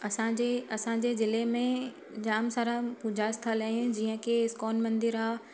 असांजे असांजे ज़िले में जाम सारा पूजा स्थल आहिनि जीअं की इस्कोन मंदरु आहे